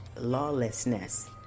lawlessness